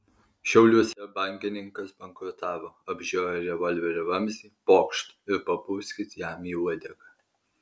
šiauliuose bankininkas bankrutavo apžiojo revolverio vamzdį pokšt ir papūskit jam į uodegą